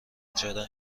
چرا